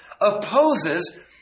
opposes